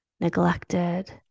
neglected